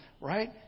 Right